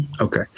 Okay